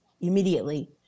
immediately